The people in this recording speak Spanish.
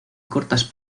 cortas